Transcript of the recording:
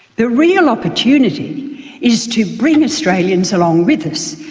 the real opportunity is to bring australians along with us,